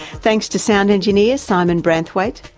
thanks to sound engineer, simon branthwaite.